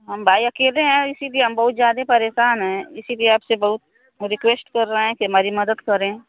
हम भाई अकेले हैं इसीलिए हम बहुत ज़्यादा परेशान है इसीलिए आपसे बहुत रीक्वेस्ट कर रहे हैं कि हमारी मदद करें